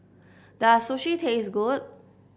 does Sushi taste good